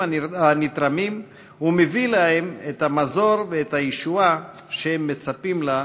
הנתרמים ומביא להם את המזור ואת הישועה שהם מצפים לה,